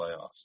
playoffs